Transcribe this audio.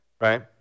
Right